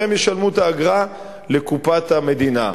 והן ישלמו את האגרה לקופת המדינה.